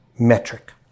metric